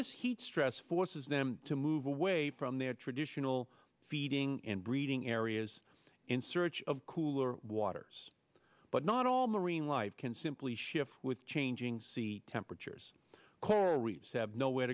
this heat stress forces them to move away from their traditional feeding and breeding areas in search of cooler waters but not all marine life can simply shift with changing sea temperatures coral reefs have nowhere